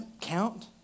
count